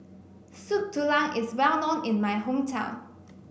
Soup Tulang is well known in my hometown